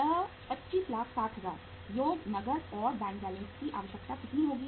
यह 25 लाख 60 हजार योग नकद और बैंक बैलेंस की आवश्यकता इतनी होगी